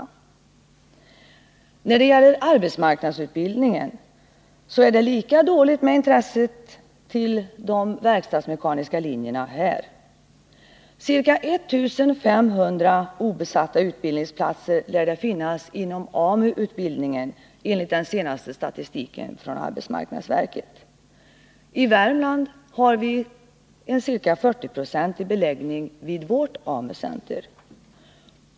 Om bättre balans I vad gäller arbetsmarknadsutbildningen är det lika dåligt med intresset för — mellan tillgång de verkstadsmekaniska linjerna. Ca 1 500 obesatia utbildningsplatser lär det — och efterfrågan enligt den senaste staistiken från arbetsmarknadsverket finnas inom på arbetskraft, AMU-utbildningen. I Värmland har vi en ca 40-procentig beläggning vid vårt — m.m. AMU-center.